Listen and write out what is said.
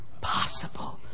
possible